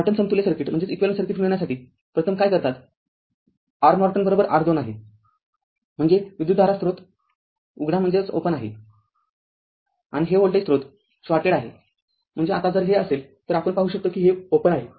Norton समतुल्य circuit मिळविण्यासाठी प्रथम काय करतात R Norton R२ आहे म्हणजे विद्युतधारा स्रोत उघडा आहे आणि व्होल्टेज स्त्रोत शॉर्टेड आहे म्हणजेआता जर हे असे असेल तरआपण पाहू शकतो कि हे उघडे आहे